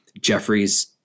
jeffrey's